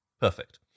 perfect